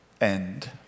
end